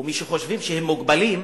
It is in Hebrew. או מי שחושבים שהם מוגבלים,